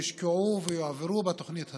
יושקעו ויועברו בתוכנית הזאת,